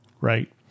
right